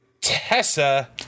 Tessa